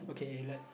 okay let's